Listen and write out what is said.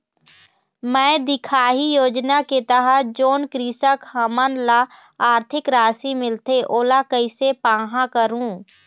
मैं दिखाही योजना के तहत जोन कृषक हमन ला आरथिक राशि मिलथे ओला कैसे पाहां करूं?